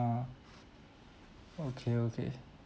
okay okay